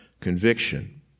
conviction